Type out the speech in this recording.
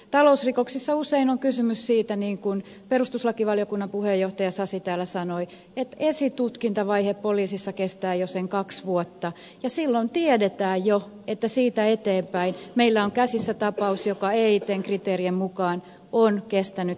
talousrikoksissa usein on kysymys siitä niin kuin perustuslakivaliokunnan puheenjohtaja sasi täällä sanoi että esitutkintavaihe poliisissa kestää jo sen kaksi vuotta ja silloin tiedetään jo että siitä eteenpäin meillä on käsissämme tapaus joka eitn kriteerien mukaan on kestänyt liian pitkään